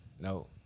no